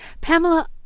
Pamela